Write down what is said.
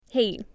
Hey